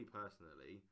personally